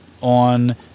on